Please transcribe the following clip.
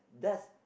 does